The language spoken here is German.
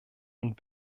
und